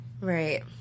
Right